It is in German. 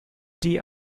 die